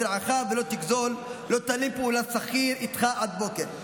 רעך ולא תגזֹל לא תלין פְּעֻלת שכיר אִתך עד בֹּקר".